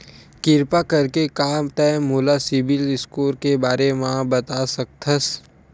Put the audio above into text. किरपा करके का तै मोला सीबिल स्कोर के बारे माँ बता सकथस?